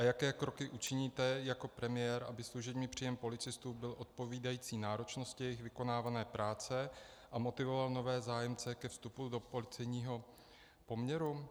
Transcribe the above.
Jaké kroky učiníte jako premiér, aby služební příjem policistů byl odpovídající náročnosti jejich vykonávané práce a motivoval nové zájemce ke vstupu do policejního poměru?